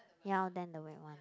ya oh then the wet one